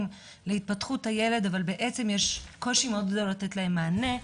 להתפתחות הילד אבל יש קושי מאוד גדול לתת להם מענה.